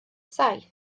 saith